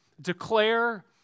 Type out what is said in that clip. declare